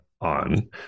on